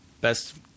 best